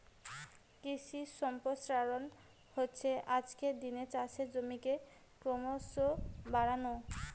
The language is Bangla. কৃষি সম্প্রসারণ হচ্ছে আজকের দিনে চাষের জমিকে ক্রোমোসো বাড়ানো